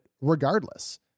regardless